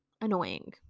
annoying